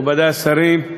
מכובדי השרים,